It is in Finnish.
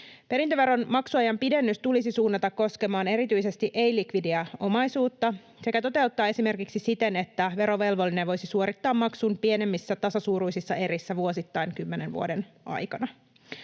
Perintöveron maksuajan pidennys tulisi suunnata koskemaan erityisesti ei-likvidiä omaisuutta sekä toteuttaa esimerkiksi siten, että verovelvollinen voisi suorittaa maksun pienemmissä tasasuuruisissa erissä vuosittain kymmenen vuoden aikana.